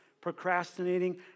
procrastinating